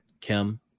Kim